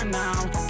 now